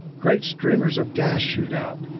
great streamers of gas shoot out,